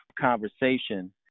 conversation